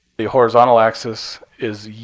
the horizontal axis is yeah